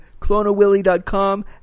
clonawilly.com